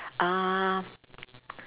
uh